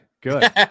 good